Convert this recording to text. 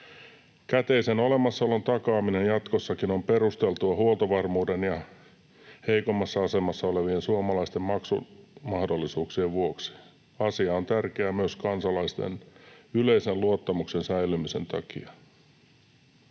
Käteisen olemassaolon takaaminen jatkossakin on perusteltua huoltovarmuuden ja heikoimmassa asemassa olevien suomalaisten maksumahdollisuuksien vuoksi. Asia on tärkeä myös kansalaisten yleisen luottamuksen säilymisen takia.